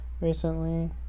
recently